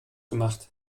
gemacht